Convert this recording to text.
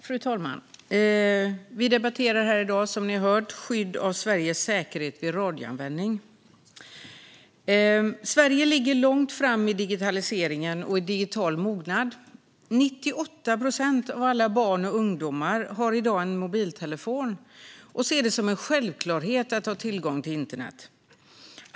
Fru talman! Vi debatterar här i dag, som ni hör, skydd av Sveriges säkerhet vid radioanvändning. Sverige ligger långt fram i digitalisering och digital mognad. 98 procent av alla barn och ungdomar har i dag en mobiltelefon och ser det som en självklarhet att ha tillgång till internet.